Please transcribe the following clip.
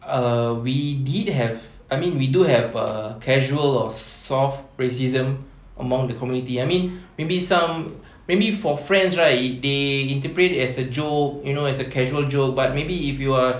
err we did have I mean we do have uh casual or soft racism among the community I mean maybe some maybe for friends right they interpret as a joke you know as a casual joke but maybe if you are